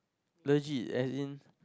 legit as in